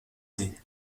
boisée